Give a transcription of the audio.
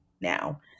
now